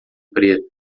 preta